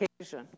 occasion